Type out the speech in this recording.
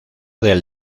del